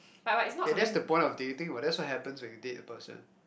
K that's the point of dating what that's happens when you date a person